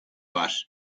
var